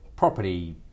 Property